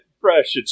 fresh